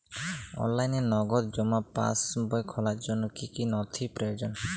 অনলাইনে নগদ জমা পাসবই খোলার জন্য কী কী নথি প্রয়োজন?